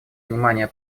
внимание